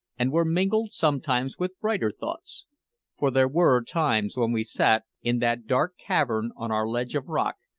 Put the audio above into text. and were mingled sometimes with brighter thoughts for there were times when we sat, in that dark cavern on our ledge of rock,